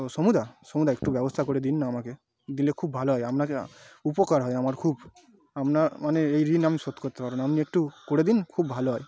ও সমুদা সমুদা একটু ব্যবস্থা করে দিন না আমাকে দিলে খুব ভালো হয় আপনাকে আ উপকার হয় আমার খুব আপনার মানে এই ঋণ আমি শোধ করতে পারব না আপনি একটু করে দিন খুব ভালো হয়